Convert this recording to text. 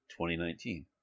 2019